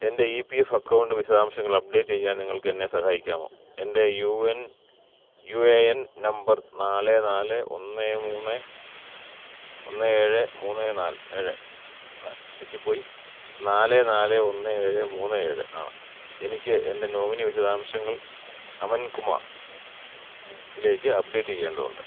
എൻ്റെ E P F account വിശദാംശങ്ങൾ update ചെയ്യാൻ നിങ്ങൾക്കെന്നെ സഹായിക്കാമോ എൻ്റെ U N U A N number നാല് നാല് ഒന്ന് മൂന്ന് ഒന്ന് ഏഴ് മൂന്ന് നാല് ഏഴ് തെറ്റിപ്പോയി നാല് നാല് ഒന്ന് ഏഴ് മൂന്ന് ഏഴ് ആണ് എനിക്കെൻ്റെ നോമിനി വിശദാംശങ്ങങ്ങൾ അമൻ കുമാറിലേക്ക് അപ്ഡേറ്റ് ചെയ്യേണ്ടതുണ്ട്